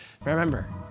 Remember